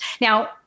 Now